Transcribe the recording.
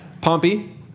Pompey